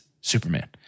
Superman